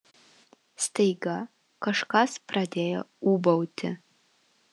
staiga kažkas pradėjo ūbauti